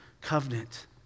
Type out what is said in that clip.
covenant